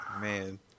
Man